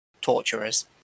torturers